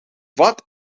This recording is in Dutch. wat